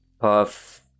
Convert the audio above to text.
Puff